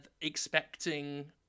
expecting